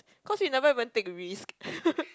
cause you never even take risk